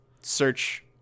search